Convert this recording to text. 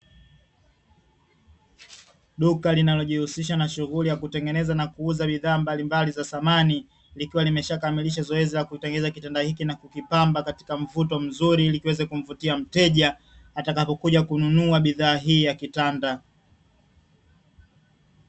Duka linalojihusisha na shughuli ya kutengeneza na kuuza bidhaa mbalimbali za samani, likiwa limeshakamilisha zoezi la kutengeneza kitanda hiki na kukipamba katika mvuto mzuri, ili kiweze kumvutia mteja atakapokuja kununua bidhaa hii ya kitanda.